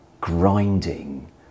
grinding